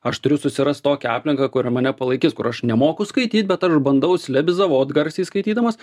aš turiu susirast tokią aplinką kuri mane palaikys kur aš nemoku skaityt bet aš bandau slebizavot garsiai skaitydamas